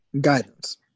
Guidance